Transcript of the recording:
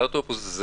על האוטובוס הזה